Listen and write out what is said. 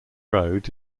road